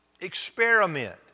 Experiment